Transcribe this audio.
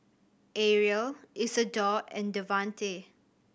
Ariel Isadore and Davante